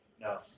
no